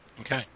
Okay